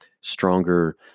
stronger